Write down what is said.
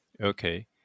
Okay